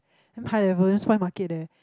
damn high level damn spoil market leh